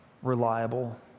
Reliable